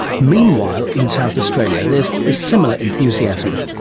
meanwhile in south australia there's a similar enthusiasm.